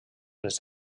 les